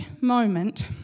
moment